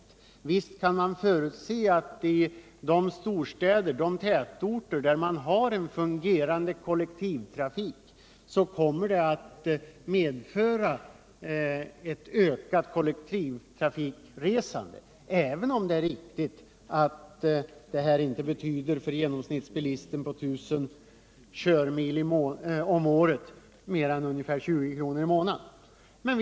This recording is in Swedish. Och visst kan man förutse att det i storstäder och andra tätorter, där man har en fungerande kollektivtrafik, kommer att medföra ett ökat kollektivt resande — även om det är riktigt att det för genomsnittsbilisten som kör 1 000 mil om året inte betyder mer än ungefär 20 kr. i månaden.